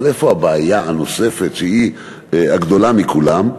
אבל איפה הבעיה הנוספת, שהיא הגדולה מכולן?